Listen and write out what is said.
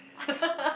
what the